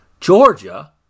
Georgia